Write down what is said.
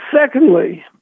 secondly